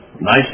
nice